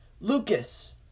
Lucas